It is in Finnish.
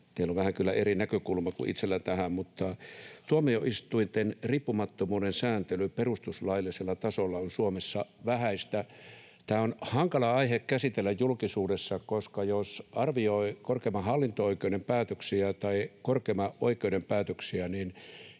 Teillä on vähän kyllä eri näkökulma kuin itselläni tähän, mutta tuomioistuinten riippumattomuuden sääntely perustuslaillisella tasolla on Suomessa vähäistä. Tämä on hankala aihe käsitellä julkisuudessa, koska jos arvioi korkeimman hallinto-oikeuden päätöksiä tai korkeimman oikeuden päätöksiä,